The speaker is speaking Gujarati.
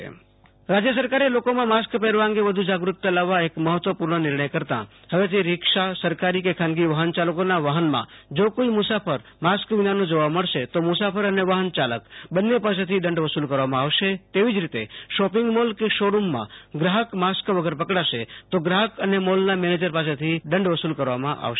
આશ્ર તોષ અંતાણી રાજ્ય સરકારઃ માસ્કઃ રાજ્ય સરકારે લોકોમાં માસ્ક પહેરવા અંગે વધુ જાગૃ તતા લાવવા એક મહત્વપૂર્ણ નિર્ણય ક્રતાં હવેથી રિક્ષા સરકારી કે ખાનગી વાહનચાલકોના વાહનમાં જો કોઈ મું સાફરે માસ્ક વિનાનો જોવા મળશે તો મુસાફર અને વાફનચાલક બન્ને પાસેથી દંડ વસૂ લે કરવામાં આવંશે તેવી જે રીતે શોપિંગ મોલ કે શોરૂમમાં ગ્રાહક માસ્ક વગર પકડાશે તો ગ્રાહક અને મોલનો મેનેજર પાસેથી પણ દંડ વસૂ લ કરવામાં આવશે